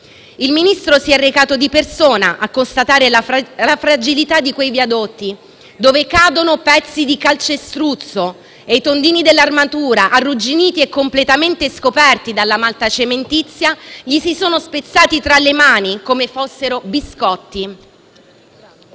Il Ministro si è recato di persona a constatare la fragilità di quei viadotti, dove cadono pezzi di calcestruzzo e i tondini dell’armatura, arrugginiti e completamente scoperti dalla malta cementizia, gli si sono spezzati tra le mani come fossero biscotti.